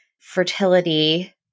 fertility